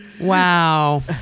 Wow